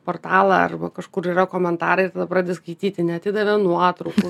portalą arba kažkur yra komentarai ir tada pradedi skaityti neatidavė nuotraukų